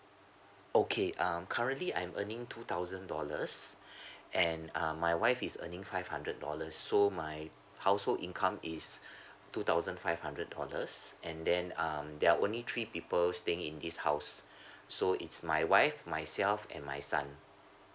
okay um currently I'm earning two thousand dollars and uh my wife is earning five hundred dollars so my household income is two thousand five hundred dollars and then um there are only three people staying in this house so it's my wife myself and my son